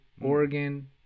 Oregon